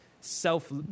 self